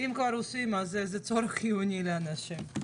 אם כבר עושים, אז זה צורך חיוני לאנשים.